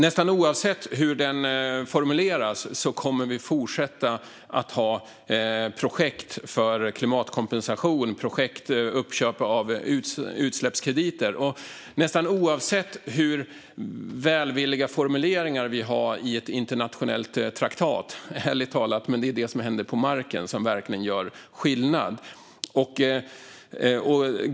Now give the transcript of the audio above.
Nästan oavsett hur den formuleras kommer vi att fortsätta att ha projekt för klimatkompensation och projekt för köp av utsläppskrediter. Så kommer det att vara nästan oavsett hur välvilliga formuleringar vi har i ett internationellt traktat. Det är, ärligt talat, det som händer på marken som verkligen gör skillnad.